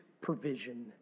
provision